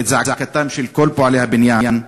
ואת זעקתם של כל פועלי הבניין,